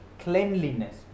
cleanliness